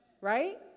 right